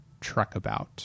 Truckabout